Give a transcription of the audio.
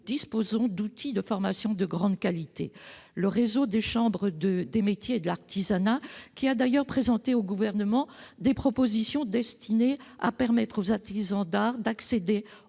disposons d'outils de formation de grande qualité. Le réseau des chambres des métiers et de l'artisanat a présenté au Gouvernement des propositions destinées à permettre aux artisans d'art d'accéder aux